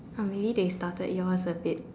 oh maybe they started yours a bit